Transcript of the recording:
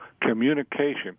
communication